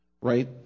Right